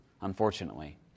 unfortunately